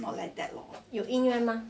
有音乐吗